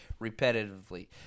repetitively